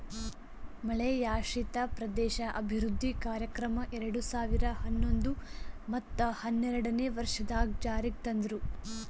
ಮಳೆಯಾಶ್ರಿತ ಪ್ರದೇಶ ಅಭಿವೃದ್ಧಿ ಕಾರ್ಯಕ್ರಮ ಎರಡು ಸಾವಿರ ಹನ್ನೊಂದು ಮತ್ತ ಹನ್ನೆರಡನೇ ವರ್ಷದಾಗ್ ಜಾರಿಗ್ ತಂದ್ರು